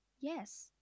Yes